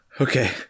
Okay